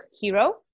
hero